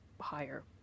higher